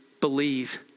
believe